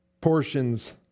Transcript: portions